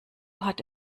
hat